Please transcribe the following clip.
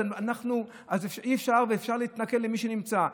אז אפשר להתנכל למי שנמצא.